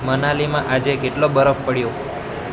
મનાલીમાં આજે કેટલો બરફ પડ્યો